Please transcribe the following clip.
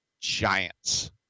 giants